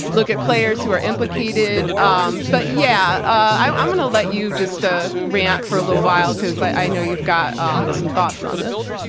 look at players who are implicated. um but yeah, i'm going to let you just ah rant for a little while because i know you've got um some thoughts on this.